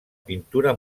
pintura